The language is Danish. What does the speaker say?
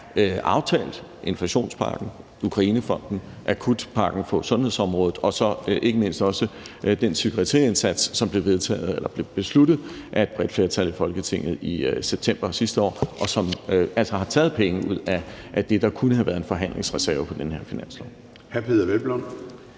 aftalt – inflationspakken, Ukrainefonden, akutpakken på sundhedsområdet og så ikke mindst også den psykiatriindsats, som blev besluttet af et bredt flertal i Folketinget i september sidste år, og som altså har taget penge ud af det, der kunne have været en forhandlingsreserve på den her finanslov.